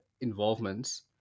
involvements